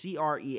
CRE